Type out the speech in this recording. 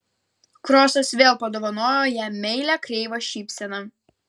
krosas vėl padovanojo jam meilią kreivą šypseną